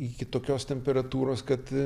iki tokios temperatūros kad